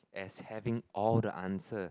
as having all the answer